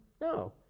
No